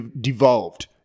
devolved